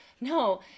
no